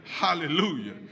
Hallelujah